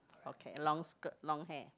okay long skirt long hair